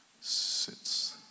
sits